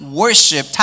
worship